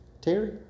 Terry